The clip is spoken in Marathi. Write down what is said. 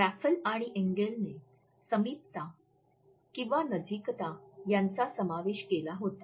रॅफल आणि एंगेलने समीपता किंवा नजीकता याचा समावेश केला होता